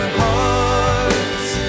hearts